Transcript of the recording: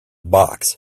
box